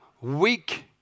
weak